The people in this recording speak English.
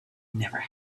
never